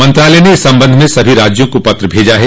मंत्रालय ने इस संबंध में सभी राज्यों को पत्र भेजा है